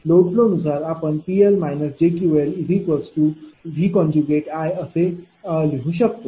त्यामुळे लोड फ्लोनुसार आपण PL jQLVI हे अशा प्रकारे लिहू शकतो